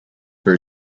for